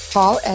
Paul